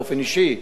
באופן אישי,